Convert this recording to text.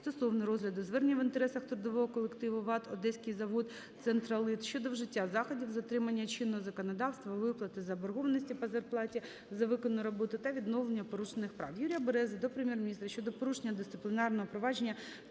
стосовно розгляду звернення в інтересах трудового колективу ВАТ "Одеський завод "Центролит" щодо вжиття заходів з дотримання чинного законодавства, виплати заборгованості по зарплаті за виконану роботу та відновлення порушених прав. Юрія Берези до Прем'єр-міністра щодо порушення дисциплінарного провадження